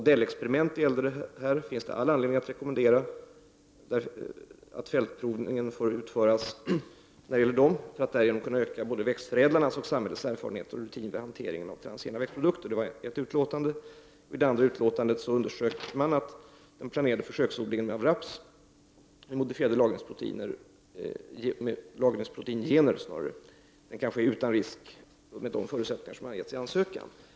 Det fanns all anledning att rekommendera att fältprovningen fick utföras när det gällde de modellexperiment som det här var fråga om för att därigenom kunna öka både växtförädlarnas och samhällets erfarenheter och rutin vid hantering av transgena växtprodukter. Så hette det i det ena utlåtandet. I det andra utlåtandet underströks det att den planerade försöksodlingen av raps med modifierade lagringsproteingener kunde ske utan risk under de förutsättningar som angavs i ansökan.